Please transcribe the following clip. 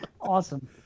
Awesome